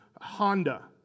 Honda